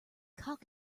cock